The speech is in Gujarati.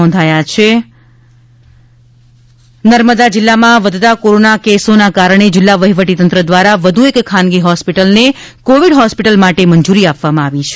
નર્મદા કોવીડ હોસ્પિટલ નર્મદા જિલ્લામાં વધતા કોરોના કેસોને કારણે જિલ્લા વહીવટી તંત્ર દ્વારા વધુ એક ખાનગી હોસ્પિટલને કોવીડ હોસ્પિટલ માટે મંજૂરી આપવામાં આવી છે